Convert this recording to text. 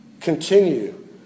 continue